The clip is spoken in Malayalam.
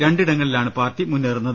രണ്ടിടങ്ങളിലാണ് പാർട്ടി മുന്നേറുന്നത്